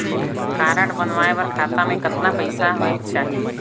Card बनवाय बर खाता मे कतना पईसा होएक चाही?